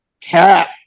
tap